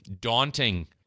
daunting